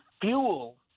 fuel